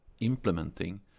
implementing